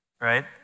Right